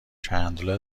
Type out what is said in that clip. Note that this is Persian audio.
چندلر